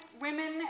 women